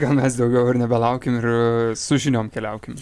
gal mes daugiau ir nebelaukim ir ee su žiniom keliaukim